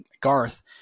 Garth